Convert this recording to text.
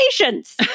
patience